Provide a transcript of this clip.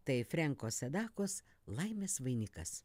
tai frenko sadakos laimės vainikas